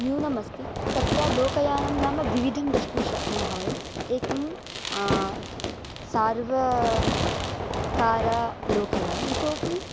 न्यूनमस्ति तत्र लोकयानं नाम द्विविधं द्रष्टुं शक्नुमः वयम् एकं सर्वकारलोकयानम् इतोऽपि